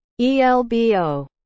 ELBO